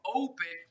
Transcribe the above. open